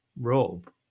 robe